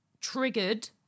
triggered